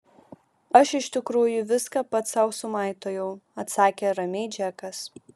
aš iš tikrųjų viską pats sau sumaitojau atsakė ramiai džekas